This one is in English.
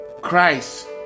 Christ